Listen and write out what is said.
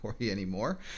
anymore